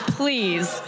please